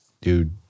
dude